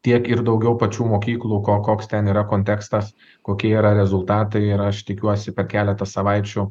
tiek ir daugiau pačių mokyklų ko koks ten yra kontekstas kokie yra rezultatai ir aš tikiuosi per keletą savaičių